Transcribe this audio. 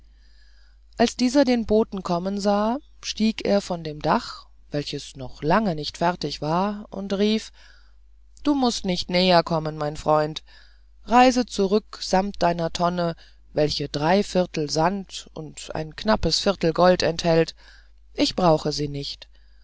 als dieser den boten kommen sah stieg er von dem dach welches noch lange nicht fertig war und rief du mußt nicht näher kommen mein freund reise zurück samt deiner tonne welche drei vierteile sand und ein knappes viertel gold enthält ich brauche sie nicht